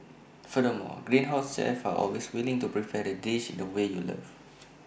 furthermore Greenhouse's chefs are always willing to prepare the dish in the way you love